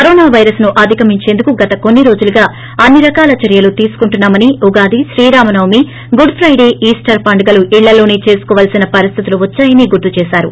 corona పైరస్ను అధిగమించేందుకు గత కొన్పి రోజులుగా అన్ని రకాల చర్యలు తీసుకుంటున్నామని Ugadi Sriramanavami good Friday Easter పండగలను ఇళ్లలోసే చేసుకోవాల్సిన పరిస్థితులు వచ్చాయని గుర్తుచేశారు